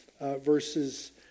verses